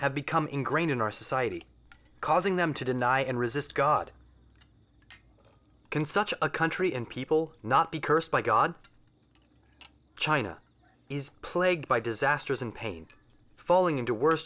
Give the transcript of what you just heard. have become ingrained in our society causing them to deny and resist god can such a country and people not be cursed by god china is plagued by disasters and pain falling into worst